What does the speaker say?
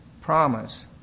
promise